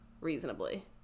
reasonably